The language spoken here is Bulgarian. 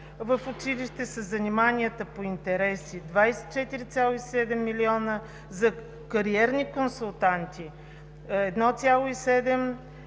в училище са заниманията по интереси – 24,7 млн. лв., за кариерни консултанти – 1,7 млн.